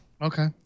Okay